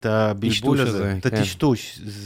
תטשטוט